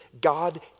God